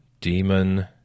Demon